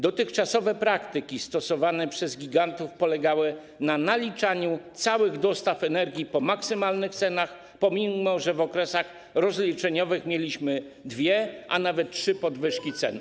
Dotychczasowe praktyki stosowane przez gigantów polegały na naliczaniu cen całych dostaw energii po maksymalnych stawkach, pomimo że w okresach rozliczeniowych miały miejsce dwie, a nawet trzy podwyżki cen.